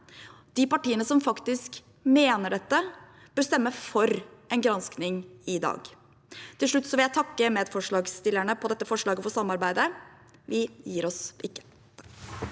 De partiene som faktisk mener dette, bør stemme for en granskning i dag. Til slutt vil jeg takke medforslagsstillerne til dette forslaget for samarbeidet. Vi gir oss ikke.